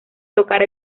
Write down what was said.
tocar